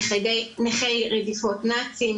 נכי רדיפות נאצים,